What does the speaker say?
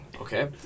Okay